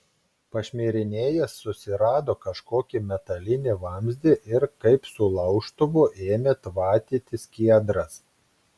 pašmirinėjęs susirado kažkokį metalinį vamzdį ir kaip su laužtuvu ėmė tvatyti skiedras